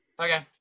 Okay